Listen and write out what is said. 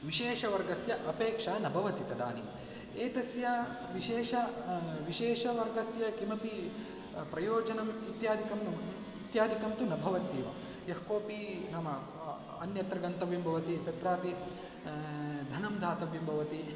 विशेषवर्गस्य अपेक्षा न भवति तदानीम् एतस्य विशेषः विशेषवर्गस्य किमपि प्रयोजनम् इत्यादिकं न इत्यादिकं तु न भवत्येव यः कोऽपि नाम अन्यत्र गन्तव्यं भवति तत्रापि धनं दातव्यं भवति